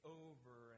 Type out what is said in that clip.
over